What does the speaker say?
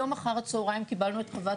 היום אחר הצהרים קיבלו את חוות